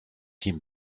him